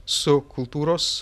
su kultūros